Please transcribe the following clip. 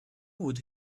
would